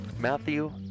Matthew